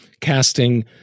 casting